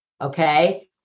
Okay